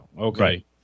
Okay